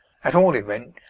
at all event,